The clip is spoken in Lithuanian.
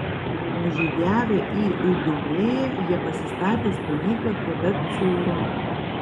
nužygiavę į idumėją jie pasistatė stovyklą prie bet cūro